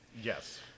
yes